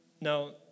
Now